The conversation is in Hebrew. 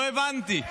לא הבנתי.